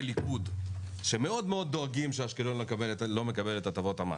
ליכוד שדואגים מאוד שאשקלון לא מקבלת את הטבות המס.